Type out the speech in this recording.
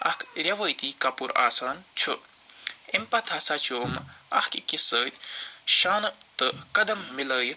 اکھ ریٚوٲتی کپُر آسان چھُ اَمہِ پتہٕ ہَسا چھِ یِم اکھ أکِس سۭتۍ شانہٕ تہٕ قدم مِلٲیِتھ